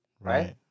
Right